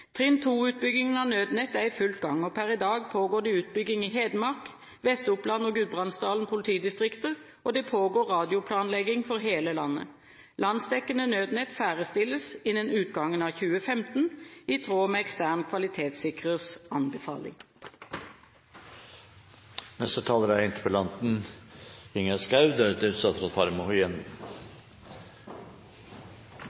Trinn 2-utbyggingen av Nødnett er i full gang. Per i dag pågår det utbygging i Hedmark, Vestoppland og Gudbrandsdal politidistrikter, og det pågår radioplanlegging for hele landet. Landsdekkende Nødnett ferdigstilles innen utgangen av 2015, i tråd med ekstern kvalitetssikrers anbefaling. Jeg er